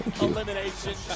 Elimination